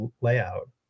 layout